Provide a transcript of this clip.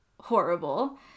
horrible